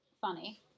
funny